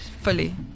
Fully